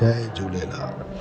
Jay Jhulelal